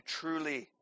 truly